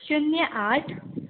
शुन्य आठ